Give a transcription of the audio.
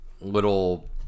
little